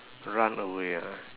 run away ah